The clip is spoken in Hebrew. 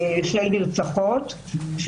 הוא